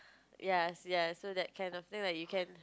yes yes so that kind of thing lah you can